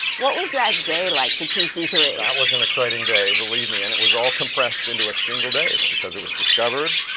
what was that day like for t c three? that was an exciting day, believe me. and it was all compressed into a single day, because it was discovered,